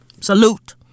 Salute